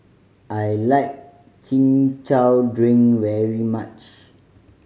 I like Chin Chow drink very much